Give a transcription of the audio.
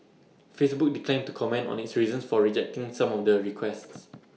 Facebook declined to comment on its reasons for rejecting some of the requests